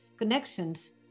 connections